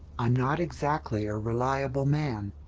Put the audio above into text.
i'm not exactly a reliable man.